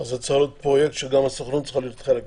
אז זה צריך להיות פרויקט שגם הסוכנות צריכה להיות חלק ממנו.